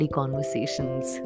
conversations